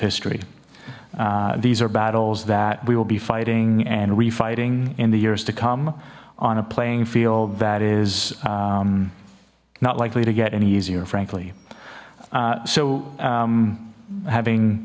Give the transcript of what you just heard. history these are battles that we will be fighting and refighting in the years to come on a playing field that is not likely to get any easier frankly so having